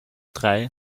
drei